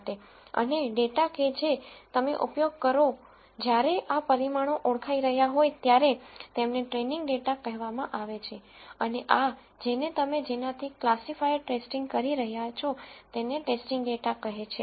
અને ડેટા કે જે તમે ઉપયોગ કરો જ્યારે આ પરિમાણો ઓળખાઈ રહ્યા હોય ત્યારે તેમને ટ્રેઈનીંગ ડેટા કહેવામાં આવે છે અને આ જેને તમે જેનાથી ક્લાસિફાયર ટેસ્ટિંગ કરી રહ્યાં છો તેને ટેસ્ટિંગ ડેટા કહે છે